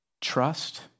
Trust